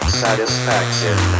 satisfaction